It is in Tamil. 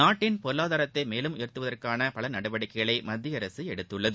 நாட்டின் பொருளாதாரத்தை மேலும் உயர்த்துவதற்கான பல நடவடிக்கைகளை மத்திய அரசு எடுத்துள்ளது